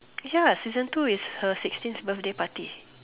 ya season two is her sixteenth birthday party